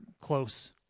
close